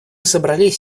собрались